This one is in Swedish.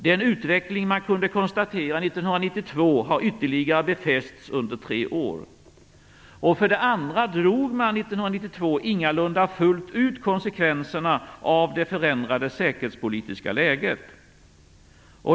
Den utveckling man kunde konstatera 1992 har befästs ytterligare under tre år. För det andra drog man 1992 ingalunda fullt ut konsekvenserna av det förändrade säkerhetspolitiska läget.